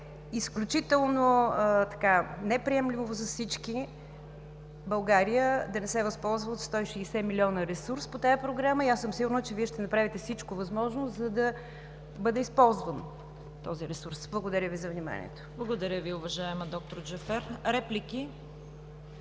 изключително неприемливо за всички България да не се възползва от 160 милиона ресурс по тази програма и аз съм сигурна, че Вие ще направите всичко възможно, за да бъде използван този ресурс. Благодаря Ви за вниманието. ПРЕДСЕДАТЕЛ ЦВЕТА КАРАЯНЧЕВА: Благодаря Ви, уважаема д-р Джафер. Реплики?